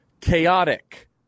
chaotic